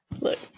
Look